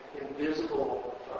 invisible